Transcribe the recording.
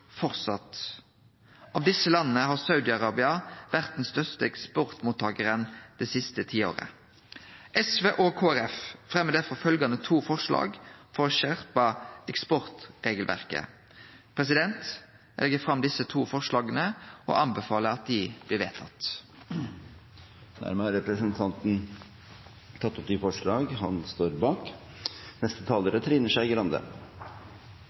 fortsatt. Av desse landa har Saudi-Arabia vore den største eksportmottakaren det siste tiåret. SV og Kristeleg Folkeparti fremjar derfor to forslag for å skjerpe eksportregelverket. Eg legg fram desse to forslaga og anbefaler at dei blir vedtekne. Representanten Knut Arild Hareide har tatt opp de forslagene han